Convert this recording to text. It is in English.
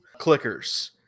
clickers